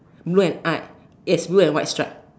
blue and yes blue and white stripe